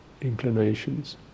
inclinations